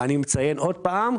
ואני מציין עוד פעם,